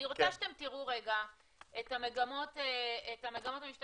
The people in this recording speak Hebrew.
אני רוצה שתראו את המגמות המשתנות,